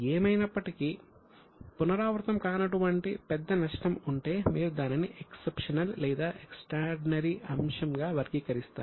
ఏమైనప్పటికీ పునరావృతం కానటువంటి పెద్ద నష్టం ఉంటే మీరు దానిని ఎక్సెప్షనల్ లేదా ఎక్స్ట్రార్డినరీ అంశంగా వర్గీకరిస్తారు